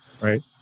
right